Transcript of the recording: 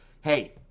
hey